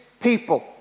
people